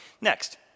Next